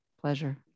Pleasure